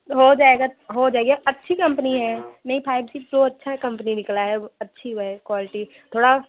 हो जाएगा हो जाएगा अच्छी कंपनी है नहीं फाइव जी प्रो अच्छा कंपनी निकला है अच्छी है क्वलिटी थोड़ा